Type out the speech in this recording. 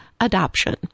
adoption